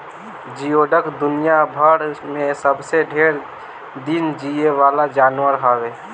जियोडक दुनियाभर में सबसे ढेर दिन जीये वाला जानवर हवे